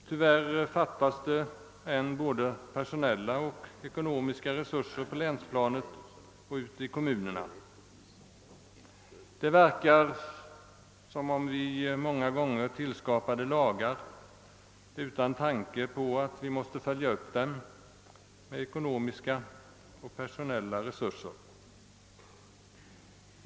Tyvärr fattas det ännu både personella och ekonomiska resurser på länsplanet och i kommunerna. Det förefaller som om vi många gånger tillskapade lagar utan tanke på att vi måste följa upp dem med personella och ekonomiska resurser.